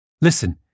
Listen